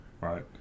Right